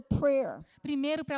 prayer